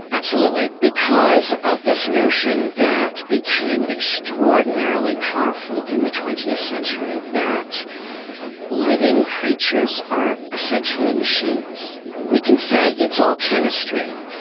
absolutely, because of this notion that became extraordinarily powerful in the twentieth century that living creatures are essentially machines. we can say it's all chemistry,